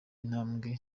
ntambwe